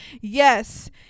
Yes